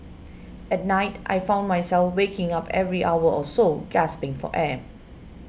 at night I found myself waking up every hour or so gasping for air